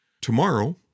Tomorrow